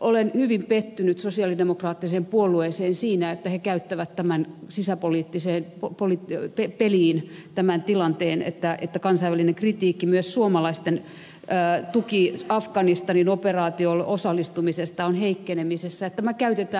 olen hyvin pettynyt sosialidemokraattiseen puolueeseen siinä että he käyttävät sisäpoliittiseen peliin tätä tilannetta kansainvälistä kritiikkiä niin että myös suomalaisten tuki afganistanin operaatioon osallistumiselle on heikkenemässä